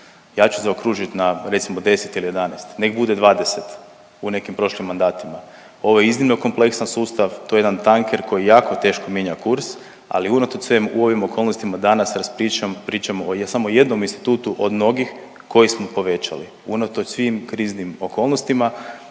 Ja ću zaokružiti, recimo na 10 ili 11, nek bude 20 u nekim prošlim mandatima. Ovo je iznimno kompleksan sustav, to je jedan tanker koji jako teško mijenja kurs, ali unatoč svemu, u ovim okolnostima danas, pričam, pričamo o samo jednom institutu od mnogih, koji smo povećali, unatoč svim kriznim okolnostima